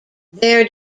their